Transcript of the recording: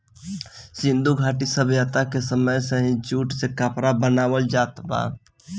सिंधु घाटी सभ्यता के समय से ही जूट से कपड़ा बनावल जात बा